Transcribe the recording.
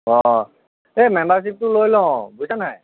অঁ এই মেম্বাৰশ্বিপটো লৈ লওঁ বুজিছা নাই